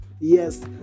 Yes